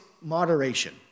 moderation